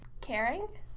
Caring